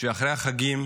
שאחרי החגים